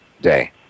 day